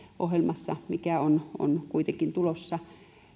ohjelmassa joka on kuitenkin tulossa